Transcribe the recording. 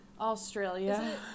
Australia